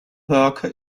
worker